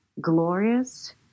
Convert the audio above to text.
glorious